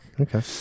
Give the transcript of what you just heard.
Okay